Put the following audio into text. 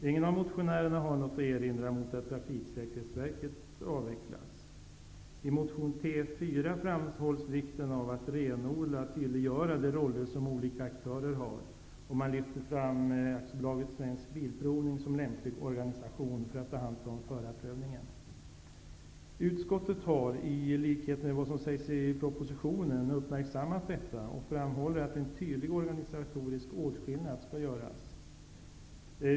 Ingen av motionärerna har något att erinra mot att Trafiksäkerhetsverket avvecklas. I motion T4 framhålls vikten av att renodla och tydliggöra de roller som olika aktörer har, och man lyfter fram AB Svensk Bilprovning som lämplig organisation för att ta hand om förarprövningen. Utskottet har, i likhet med vad som sägs i propositionen, uppmärksammat detta och framhåller att en tydlig organisatorisk åtskillnad skall göras.